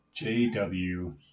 JW